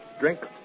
Drink